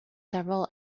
several